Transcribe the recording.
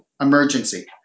emergency